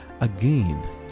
Again